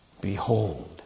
behold